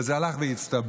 וזה הלך והצטבר,